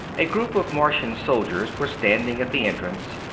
a group of martian soldiers were standing at the entrance,